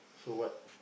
so what